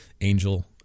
angel